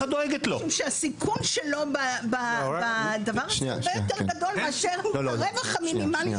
משום שהסיכון שלו בדבר הזה הרבה יותר גדול מאשר הרווח המינימלי.